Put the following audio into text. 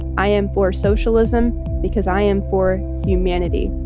i am for socialism because i am for humanity.